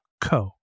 co